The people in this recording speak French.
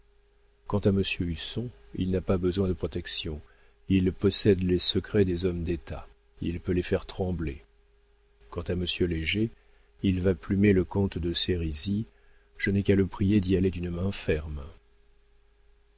quant à monsieur husson il n'a pas besoin de protection il possède les secrets des hommes d'état il peut les faire trembler quant à monsieur léger il va plumer le comte de sérisy je n'ai qu'à le prier d'y aller d'une main ferme